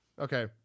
Okay